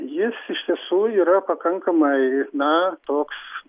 jis iš tiesų yra pakankamai na toks